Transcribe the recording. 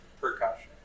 percussion